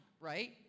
right